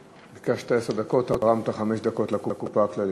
ביקשת עשר דקות, תרמת חמש דקות לקופה הכללית.